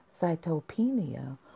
cytopenia